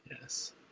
yes